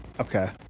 Okay